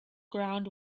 ground